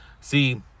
See